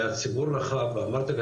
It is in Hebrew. והיה ציבור רחב ואמרתי,